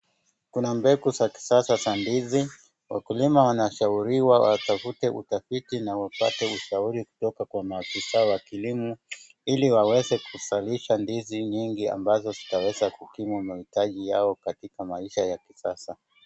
Kuna mbegu za kisasa za ndizi. Wakulima wanashuriwa watafute utafiti na wapate ushauri kutoka kwa maafisa wa kilimo ili waweze kuzalisha ndizi nyingi ambazo zitaweza kukimu mahitaji yao katika maisha ya kisasa.